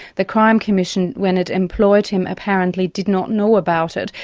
the crime commission, when it employed him, apparently did not know about it.